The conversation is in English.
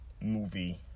movie